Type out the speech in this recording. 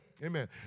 Amen